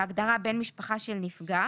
בהגדרה "בן משפחה של נפגע",